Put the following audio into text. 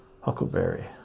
Huckleberry